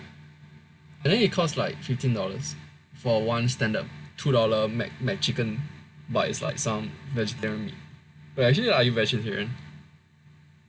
like then it cost like fifteen dollars for one standard two dollar Mc~ McChicken but it's like some vegetarian meat wait actually are you vegetarian